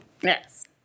Yes